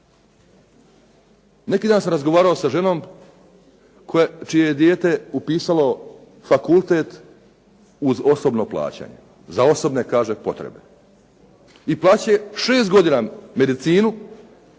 Neki dan sam razgovarao sa ženom čije je dijete upisalo fakultet uz osobno plaćanje, za osobne potrebe, i plaća 6 godina medicinu,